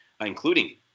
including